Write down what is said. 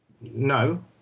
No